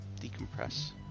Decompress